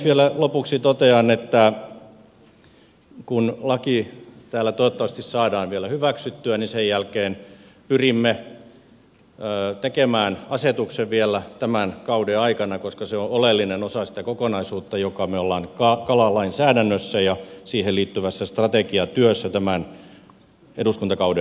vielä lopuksi totean että kun laki täällä toivottavasti saadaan vielä hyväksyttyä sen jälkeen pyrimme tekemään asetuksen vielä tämän kauden aikana koska se on oleellinen osa sitä kokonaisuutta jonka me olemme kalalainsäädännössä ja siihen liittyvässä strategiatyössä tämän eduskuntakauden aikana tehneet